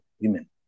women